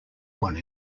one